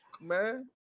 Man